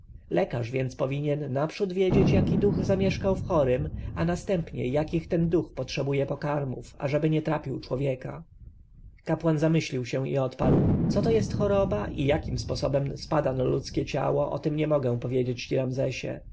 lekarz więc powinien naprzód wiedzieć jaki duch zamieszkał w chorym a następnie jakich ten duch potrzebuje pokarmów ażeby nie trapił człowieka kapłan zamyślił się i odparł co to jest choroba i jakim sposobem spada na ludzkie ciało o tem nie mogę powiedzieć